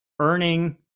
earning